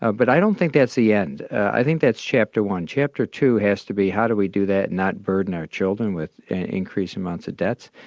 ah but i don't think that's the end. i think that's chapter one. chapter two has to be, how do we do that and not burden our children with increasing amounts of debt?